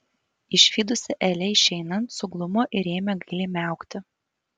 išvydusi elę išeinant suglumo ir ėmė gailiai miaukti